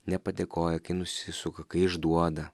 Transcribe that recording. nepadėkoja kai nusisuka kai išduoda